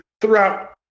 throughout